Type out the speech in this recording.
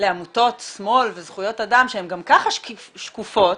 לעמותות שמאל וזכויות אדם שהן גם כך שקופות